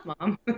mom